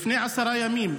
לפני עשרה ימים,